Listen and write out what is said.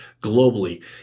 globally